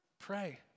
Pray